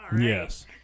Yes